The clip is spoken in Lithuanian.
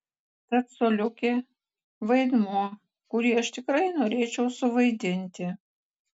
tad coliukė vaidmuo kurį aš tikrai norėčiau suvaidinti